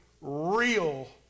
real